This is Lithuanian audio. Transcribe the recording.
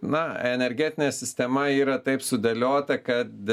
na energetinė sistema yra taip sudėliota kad